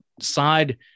side